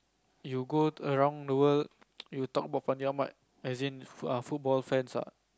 you go around the world you talk about Fandi-Ahmad as in err football fans ah